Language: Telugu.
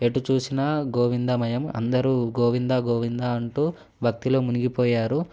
ఎటు చూసినా గోవిందామయం అందరూ గోవిందా గోవిందా అంటూ భక్తిలో మునిగిపోయారు